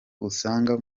usanga